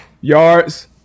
Yards